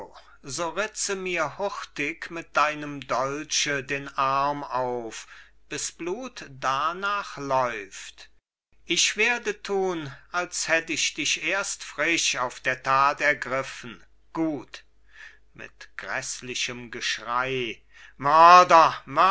so ritze mir hurtig mit deinem dolche den arm auf bis blut darnach läuft ich werde tun als hätt ich dich erst frisch auf der tat ergriffen gut mit gräßlichem geschrei mörder